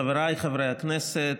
חבריי חברי הכנסת,